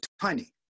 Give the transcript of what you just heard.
tiny